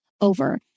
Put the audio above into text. over